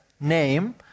name